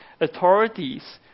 authorities